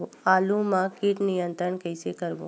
आलू मा कीट नियंत्रण कइसे करबो?